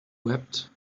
wept